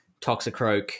Toxicroak